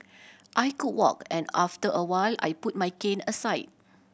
I could walk and after a while I put my cane aside